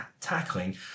tackling